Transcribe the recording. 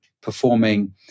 performing